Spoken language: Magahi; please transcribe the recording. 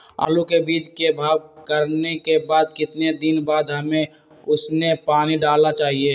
आलू के बीज के भाव करने के बाद कितने दिन बाद हमें उसने पानी डाला चाहिए?